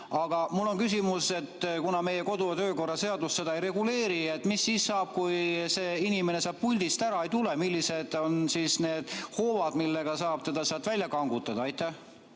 Aga mul on küsimus, et kuna meie kodu- ja töökorra seadus seda ei reguleeri, siis mis saab siis, kui inimene sealt puldist ära ei tule. Millised on siis need hoovad, millega saab teda sealt välja kangutada? Aitäh!